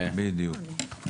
בדיוק.